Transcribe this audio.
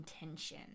intention